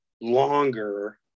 longer